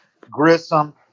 Grissom